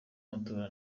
y’amatora